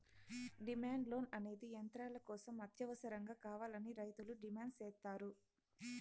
demand loan అనేది యంత్రాల కోసం అత్యవసరంగా కావాలని రైతులు డిమాండ్ సేత్తారు